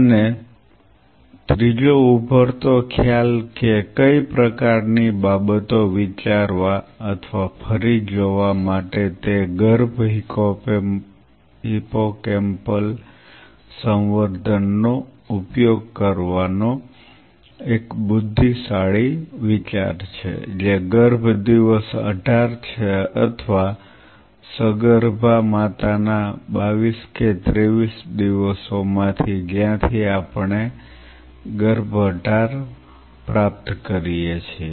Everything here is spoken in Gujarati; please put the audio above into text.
અને ત્રીજો ઉભરતો ખ્યાલ કે કઈ પ્રકારની બાબતો વિચારવા અથવા ફરી જોવા માટે છે તે ગર્ભ હિપ્પોકેમ્પલ સંવર્ધન નો ઉપયોગ કરવાનો એક બુદ્ધિશાળી વિચાર છે જે ગર્ભ દિવસ 18 છે અથવા સગર્ભા માતાના 22 કે 23 દિવસોમાંથી જ્યાંથી આપણે ગર્ભ 18 ગર્ભ પ્રાપ્ત કરીએ છીએ